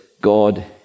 God